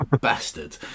bastard